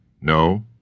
No